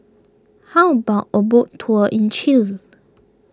how about a boat tour in Chile